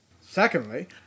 Secondly